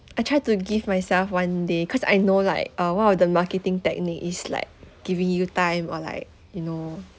I tried to give myself one day cause I know like uh one of the marketing technique is like giving you time or like you know